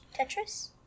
Tetris